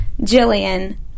Jillian